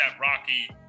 Rocky